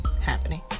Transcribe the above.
happening